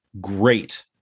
great